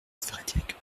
frédéric